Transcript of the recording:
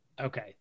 Okay